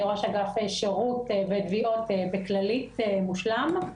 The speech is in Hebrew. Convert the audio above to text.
אני ראש אגף שירות ותביעות בכללית מושלם.